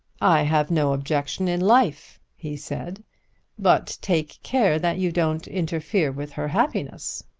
i have no objection in life, he said but take care that you don't interfere with her happiness.